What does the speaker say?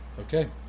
Okay